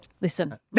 Listen